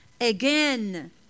again